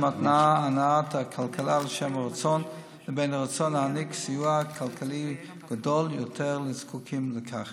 הנעת הכלכלה ולרצון להעניק סיוע כלכלי גדול יותר לזקוקים לכך.